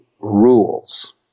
rules